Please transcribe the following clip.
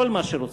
כל מה שרוצים.